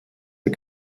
der